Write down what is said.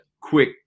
quick